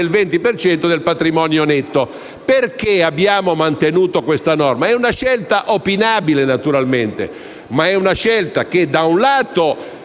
ma del patrimonio netto. Perché abbiamo mantenuto questa norma? È una scelta opinabile, naturalmente, ma è una scelta che, da un lato,